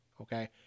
okay